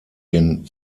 den